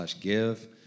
give